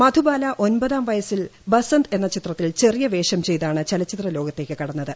മധുബാല ഒമ്പതാം വയസിൽ ബസന്ത് എന്ന ചിത്രത്തിൽ ചെറിയ വേഷം ചെയ്താണ് ചലച്ചിത്ര ലോകത്തേക്ക് കടന്നത്